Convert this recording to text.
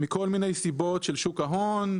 מכל מיני סיבות של שוק ההון,